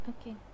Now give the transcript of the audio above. okay